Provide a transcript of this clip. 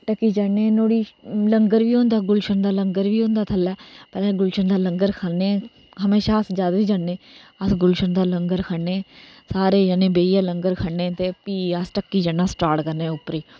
ढक्की चढ़ने गी मतलब लंगर बी होंदा गुलशन दा लंगर बी होंदा उत्थै थल्ले पैहलें गुलशन दा लंगर खाने हमेशा अस जद बी जन्ने अस गुलशन दा लंगर खन्ने अस सारे लंगर खन्ने ते फ्ही अस ढक्की चढ़नां स्टार्ट करने उप्परै गी